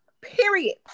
Period